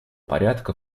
порядка